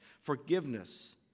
forgiveness